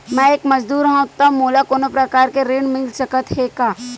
मैं एक मजदूर हंव त मोला कोनो प्रकार के ऋण मिल सकत हे का?